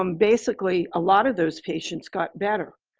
um basically, a lot of those patients got better.